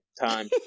time